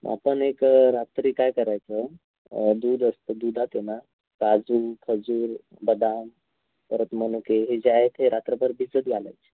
मग आपण एक रात्री काय करायचं दूध असतं दूधात आहे ना काजू खजूर बदाम परत मनुके हे जे आहेत हे रात्रभर भिजत घालायचे